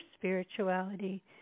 spirituality